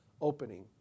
opening